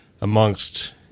amongst